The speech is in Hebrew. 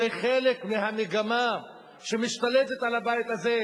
זה חלק מהמגמה שמשתלטת על הבית הזה,